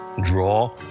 draw